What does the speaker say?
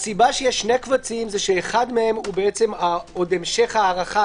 הסיבה שיש שני קבצים זה שאחד מהם הוא המשך הארכה